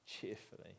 cheerfully